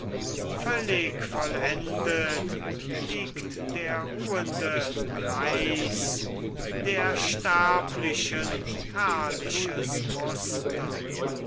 völlig vollendet liegt der ruhende greis der sterblichen herrliches muster